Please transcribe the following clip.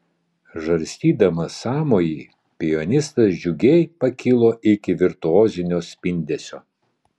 žarstydamas sąmojį pianistas džiugiai pakilo iki virtuozinio spindesio